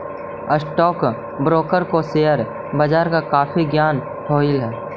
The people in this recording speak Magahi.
स्टॉक ब्रोकर को शेयर बाजार का काफी ज्ञान हो हई